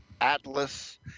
Atlas